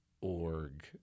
Org